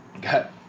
got